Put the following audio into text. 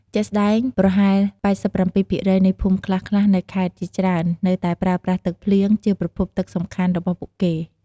ជាក់ស្តែង ប្រហែល ៨៧% នៃភូមិខ្លះៗនៅខេត្តជាច្រើននៅតែប្រើប្រាស់ទឹកភ្លៀង ជាប្រភពទឹកសំខាន់របស់ពួកគេ។